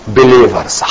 believers